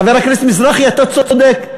חבר הכנסת מזרחי, אתה צודק,